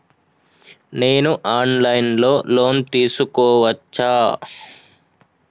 నేను online లో loan తీసుకోవచ్చా?